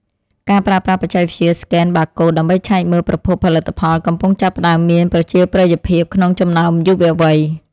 ការប្រើប្រាស់បច្ចេកវិទ្យាស្កេនបាកូដដើម្បីឆែកមើលប្រភពផលិតផលកំពុងចាប់ផ្តើមមានប្រជាប្រិយភាពក្នុងចំណោមយុវវ័យ។